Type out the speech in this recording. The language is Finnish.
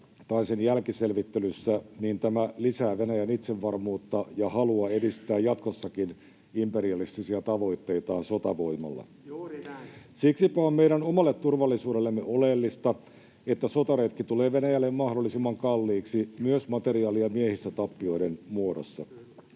tai sen jälkiselvittelyssä, niin tämä lisää Venäjän itsevarmuutta ja halua edistää jatkossakin imperialistisia tavoitteitaan sotavoimalla. [Ben Zyskowicz: Juuri näin!] Siksipä on meidän omalle turvallisuudellemme oleellista, että sotaretki tulee Venäjälle mahdollisimman kalliiksi myös materiaali- ja miehistötappioiden muodossa.